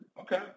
Okay